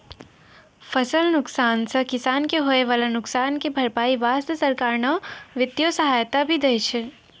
फसल नुकसान सॅ किसान कॅ होय वाला नुकसान के भरपाई वास्तॅ सरकार न वित्तीय सहायता भी दै छै